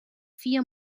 vier